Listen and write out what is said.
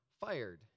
fired